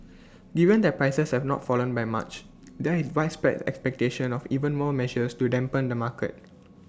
given that prices have not fallen by much there is widespread expectation of even more measures to dampen the market